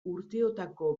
urteotako